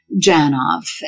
Janov